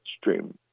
Stream